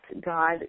God